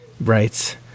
Right